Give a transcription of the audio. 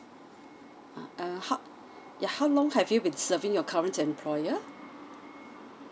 ah err how yeah how long have you been serving your current employer